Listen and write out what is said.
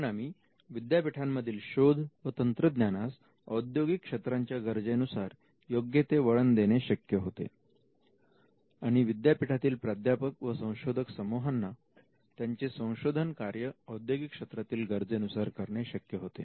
परिणामी विद्यापीठांमधील शोध व तंत्रज्ञानास औद्योगिक क्षेत्रांच्या गरजेनुसार योग्य ते वळण देणे शक्य होते आणि विद्यापीठातील प्राध्यापक व संशोधक समूहांना त्यांचे संशोधन कार्य औद्योगिक क्षेत्रातील गरजेनुसार करणे शक्य होते